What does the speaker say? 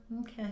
okay